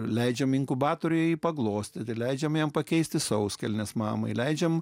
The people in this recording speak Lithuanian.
leidžiame inkubatoriuje paglostyti leidžiame jiems pakeisti sauskelnes mamai leidžiame